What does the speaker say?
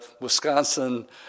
Wisconsin